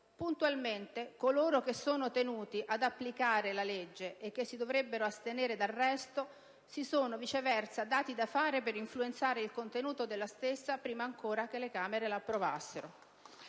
puntualmente coloro che sono tenuti ad applicare la legge e che si dovrebbero astenere dal resto, si sono viceversa dati da fare per influenzare il contenuto della stessa prima ancora che le Camere la approvassero.